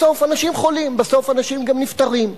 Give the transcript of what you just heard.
בסוף אנשים חולים, בסוף אנשים גם נפטרים.